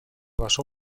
basó